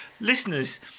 Listeners